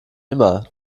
immer